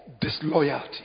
disloyalty